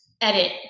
edit